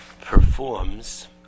performs